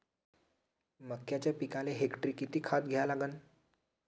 मक्याच्या पिकाले हेक्टरी किती खात द्या लागन?